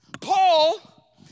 Paul